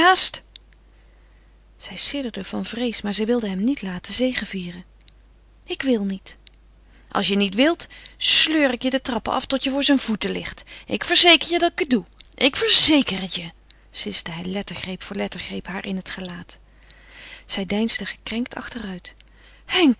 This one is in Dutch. zij sidderde van vrees maar zij wilde hem niet laten zegevieren ik wil niet als je niet wilt sleur ik je de trappen af tot je voor zijn voeten ligt ik verzeker je dat ik het doe ik verzeker het je siste hij lettergreep voor lettergreep haar in het gelaat zij deinsde gekrenkt achteruit